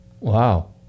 Wow